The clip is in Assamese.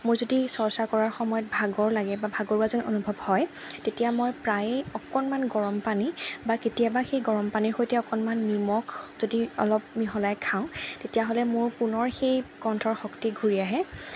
মোৰ যদি চৰ্চা কৰাৰ সময়ত ভাগৰ লাগে বা ভাগৰুৱা যেন অনুভৱ হয় তেতিয়া মই প্ৰায়ে অকণমান গৰমপানী বা কেতিয়াবা সেই গৰমপানীৰ সৈতে অকণমান নিমখ যদি অলপ মিহলাই খাওঁ তেতিয়াহ'লে মোৰ পুনৰ সেই কণ্ঠৰ শক্তি ঘূৰি আহে